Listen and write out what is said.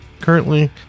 Currently